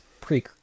pre